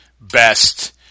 best